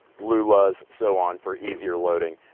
lulas, so on for easier loading.